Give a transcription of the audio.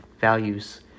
values